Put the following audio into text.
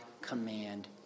command